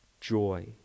joy